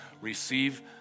receive